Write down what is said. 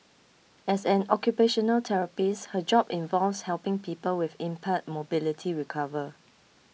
as an occupational therapist her job involves helping people with impaired mobility recover